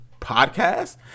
podcast